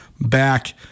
back